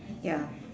ya